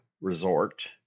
Resort